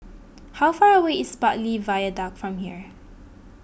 how far away is Bartley Viaduct from here